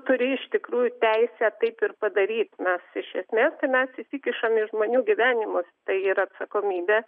turi iš tikrųjų teisę taip ir padaryt nes iš esmės tai mes įsikišam į žmonių gyvenimus tai yra atsakomybė